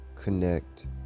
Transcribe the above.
connect